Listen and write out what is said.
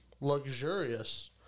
luxurious